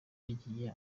yagiye